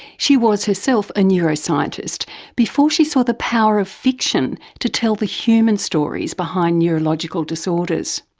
she was herself a neuroscientist before she saw the power of fiction to tell the human stories behind neurological disorders.